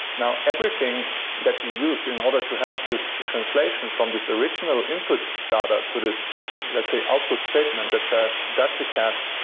now everything that you use in order to have this translation from this original input data to this let's say, output statement that says that's a cat,